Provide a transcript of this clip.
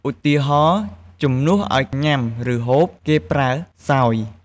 ឧទាហរណ៍ ជំនួសឲ្យ ញ៉ាំ ឬ ហូប គេប្រើ សោយ។